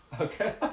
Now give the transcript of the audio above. Okay